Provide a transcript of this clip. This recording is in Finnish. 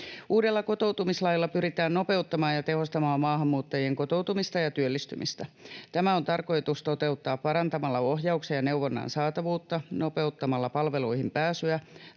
Uudella kotoutumislailla pyritään nopeuttamaan ja tehostamaan maahanmuuttajien kotoutumista ja työllistymistä. Tämä on tarkoitus toteuttaa parantamalla ohjauksen ja neuvonnan saatavuutta, nopeuttamalla palveluihin pääsyä,